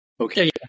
Okay